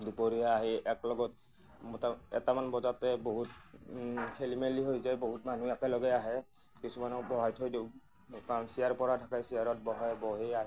দুপৰীয়া আহি এক লগত মোটা এটামান বজাতে বহুত খেলি মেলি হৈ যায় বহুত মানুহ একেলগেই আহে কিছুমানক বহাই থৈ দিওঁ কাৰণ চেয়াৰ পৰা থাকে চেয়াৰত বহে বহি আহি